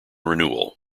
renewal